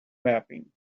mapping